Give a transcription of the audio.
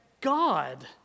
God